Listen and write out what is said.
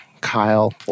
Kyle